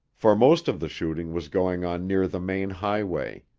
for most of the shooting was going on near the main highway.